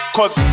Cause